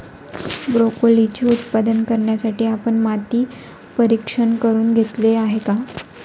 ब्रोकोलीचे उत्पादन करण्यासाठी आपण माती परीक्षण करुन घेतले आहे का?